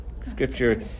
Scripture